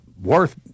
worth